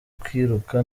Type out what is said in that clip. kwiruka